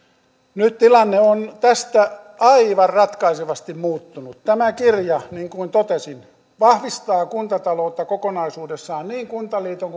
nyt tilanne on tästä aivan ratkaisevasti muuttunut tämä kirja niin kuin totesin vahvistaa kuntataloutta kokonaisuudessaan niin kuntaliiton